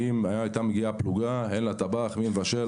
הייתה מגיעה פלוגה, אין לה טבח, אז מי מבשל?